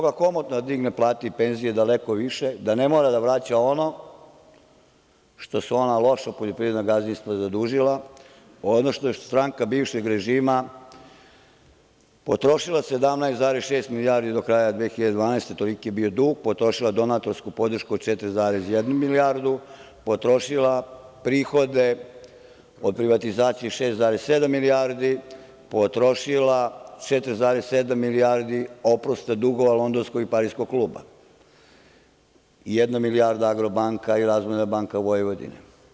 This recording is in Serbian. Ona bi mogla komotno da digne plate i penzije daleko više, da ne mora da vraća ono što su ona loša poljoprivredna gazdinstva zadužila, ono što je stranka bivšeg režima potrošila – 17,6 milijardi do kraja 2012. godine, toliki je bio dug, potrošila donatorsku podršku od 4,1 milijardu, potrošila prihode od privatizacije 6,7 milijardi, potrošila 4,7 milijardi oprosta dugova Londonskog i Pariskog kluba, jedna milijarda Agrobanka i Razvojna banka Vojvodine.